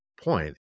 point